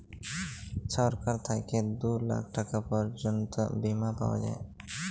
ছরকার থ্যাইকে দু লাখ টাকা পর্যল্ত বীমা পাউয়া যায়